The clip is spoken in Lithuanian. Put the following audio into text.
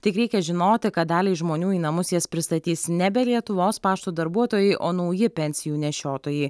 tik reikia žinoti kad daliai žmonių į namus jas pristatys nebe lietuvos pašto darbuotojai o nauji pensijų nešiotojai